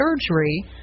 surgery